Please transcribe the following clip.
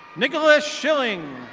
nicholas shilling.